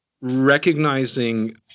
recognizing